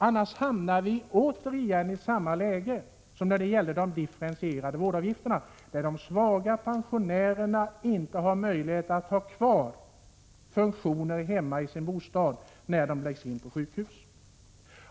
Annars hamnar vi ännu en gång i samma läge som när det gällde de differentierade vårdavgifterna, där de svaga pensionärerna inte har möjlighet att ha kvar funktioner hemma i sin bostad när de läggs in på sjukhus.